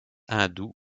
hindous